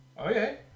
Okay